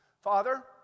Father